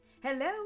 hello